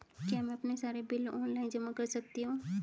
क्या मैं अपने सारे बिल ऑनलाइन जमा कर सकती हूँ?